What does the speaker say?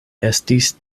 estis